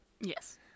Yes